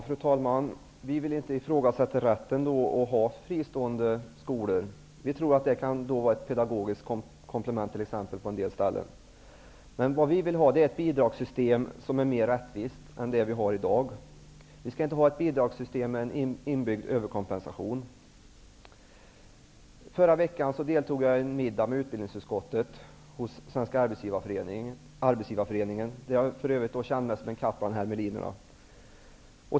Fru talman! Vi vill inte ifrågasätta rätten att ha fristående skolor. Det kan vara ett pedagogiskt komplement på en del ställen. Vad vi vill ha är ett bidragssystem som är mer rättvist än det vi har i dag. Vi skall inte ha ett bidragssystem med inbyggd överkompensation. Förra veckan deltog jag i en middag med utbildningsutskottet hos Svenska arbetsgivareföreningen, där jag för övrigt kände mig som en katt bland hermelinerna.